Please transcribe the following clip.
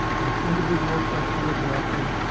that's individual trustee or director,